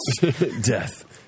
Death